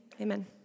Amen